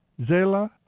Zela